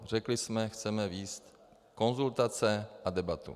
Řekli jsme, chceme vést konzultace a debatu.